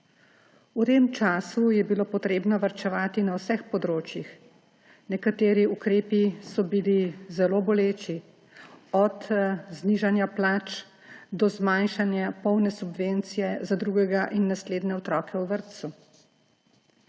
V tem času je bilo treba varčevati na vseh področjih. Nekateri ukrepi so bili zelo boleči, od znižanja plač do zmanjšanja polne subvencije za drugega in naslednje otroke v vrtcu.